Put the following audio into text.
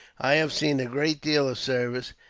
i have seen a great deal of service,